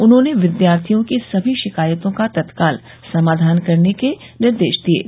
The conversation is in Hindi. उन्होंने विद्यार्थियों की सभी शिकायतों का तत्काल समाधान करने का निर्देश दिया है